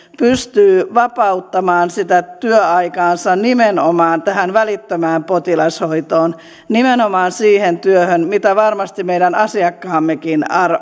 pystyy vapauttamaan työaikaansa nimenomaan välittömään potilashoitoon nimenomaan siihen työhön mitä varmasti meidän asiakkaammekin